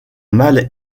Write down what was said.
mal